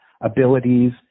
abilities